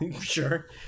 sure